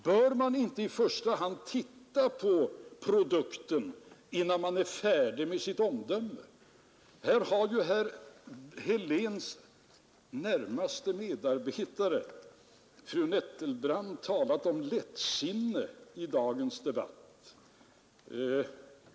Bör man inte tilta på produkten innan man är färdig med sitt omdöme om den? Herr Heléns närmaste medarbetare, fru Nettelbrandt, har i dagens debatt talat om lättsinne från finansministerns sida.